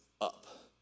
up